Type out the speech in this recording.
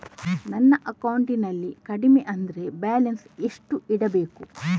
ನನ್ನ ಅಕೌಂಟಿನಲ್ಲಿ ಕಡಿಮೆ ಅಂದ್ರೆ ಬ್ಯಾಲೆನ್ಸ್ ಎಷ್ಟು ಇಡಬೇಕು?